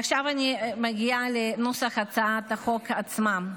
ועכשיו אני מגיעה לנוסח הצעת החוק עצמה.